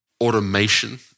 automation